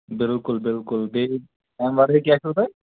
بِلکُل بِلکُل بیٚیہِ اَمہِ وَرٲے کیٛاہ چھُو تۄہہِ